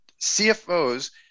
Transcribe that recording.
CFOs